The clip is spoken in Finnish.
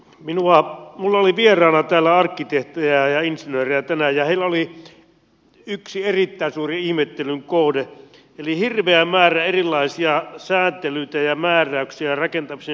minulla oli vieraana täällä arkkitehteja ja insinöörejä tänään ja heillä oli yksi erittäin suuri ihmettelyn kohde eli hirveä määrä erilaisia sääntelyitä ja määräyksiä rakentamisessa